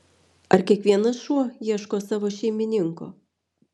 ar kiekvienas šuo ieško savo šeimininko